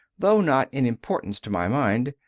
though not in importance to my mind.